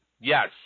Yes